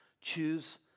Choose